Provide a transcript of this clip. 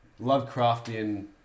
Lovecraftian